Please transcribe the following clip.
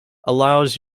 allows